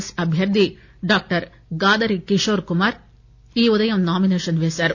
yes అభ్యర్ది doctor Gadari Kishore Kumar ఈ ఉదయం నామినేషన్ పేశారు